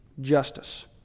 Justice